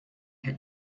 had